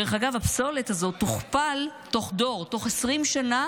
דרך אגב, הפסולת הזאת תוכפל תוך דור, תוך 20 שנה